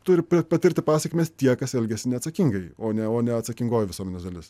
turi patirti pasekmes tie kas elgiasi neatsakingai o ne o ne atsakingoji visuomenės dalis